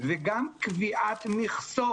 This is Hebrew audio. וגם קביעת מכסות.